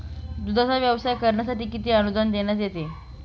दूधाचा व्यवसाय करण्यासाठी किती अनुदान देण्यात येते?